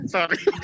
Sorry